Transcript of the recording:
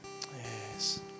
Yes